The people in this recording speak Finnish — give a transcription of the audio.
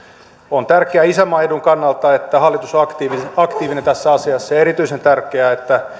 on tärkeää isänmaan edun kannalta että hallitus on aktiivinen tässä asiassa ja erityisen tärkeää että